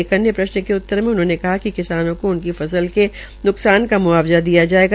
एक अन्य प्रश्न के उत्तर में उन्होंने कहा कि किसानों को उनकी फसल के न्कसार का नुकसान का मुआवजा दिया जायेगा